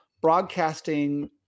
broadcasting